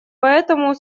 поэтому